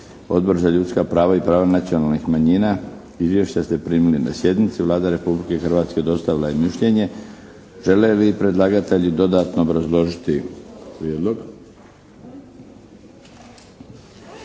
Odbor za ljudska prava i prava nacionalnih manjina. Izvješća ste primili na sjednici. Vlada Republike Hrvatske dostavila je mišljenje. Žele li predlagatelji dodatno obrazložiti Prijedlog?